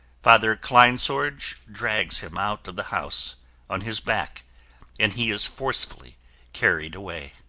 father kleinsorge drags him out of the house on his back and he is forcefully carried away.